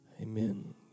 Amen